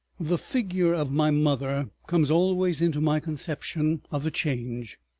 the figure of my mother comes always into my conception of the change.